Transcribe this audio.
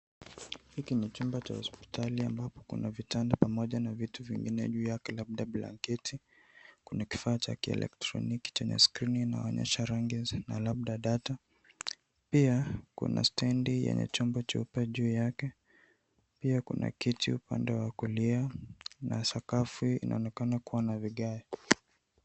Hiki ni chumba cha hospitali ambapo kuna vitanda pamoja na vitu vingine juu yake labda blanketi, kuna kifaa cha kielektroniki chenye skrini inaonyesha rangi na labda data. Pia kuna stendi yenye chombo cheupe juu yake. Pia kuna kiti upande wa kulia na sakafu inaonekana kuwa na vigae.